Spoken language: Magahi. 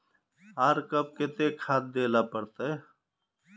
आर कब केते खाद दे ला पड़तऐ?